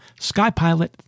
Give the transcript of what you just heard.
Skypilot